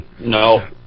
No